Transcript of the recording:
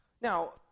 Now